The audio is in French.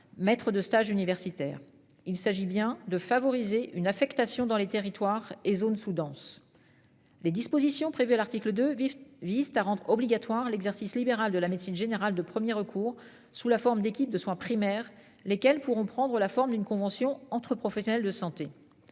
maître de stage universitaire. Il s'agit bien de favoriser une affectation dans les territoires et zones sous-denses. Les dispositions prévues à l'article de vifs vise à rendre obligatoire l'exercice libéral de la médecine générale de premier recours, sous la forme d'équipes de soins primaires, lesquels pourront prendre la forme d'une convention entre professionnels de santé.